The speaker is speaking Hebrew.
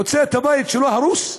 הוא מוצא את הבית שלו הרוס.